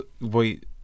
Wait